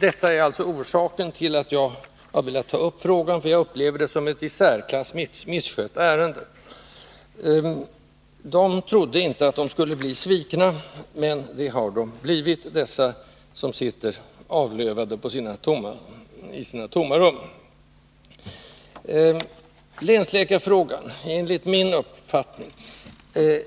Detta är alltså orsaken till att jag velat ta upp denna fråga. Jag upplever detta som ett i särklass misskött ärende. De trodde inte att de skulle bli svikna, men det har de blivit där de nu sitter ”avlövade” i sina tomma rum. Länsläkarfrågan är enligt min uppfattning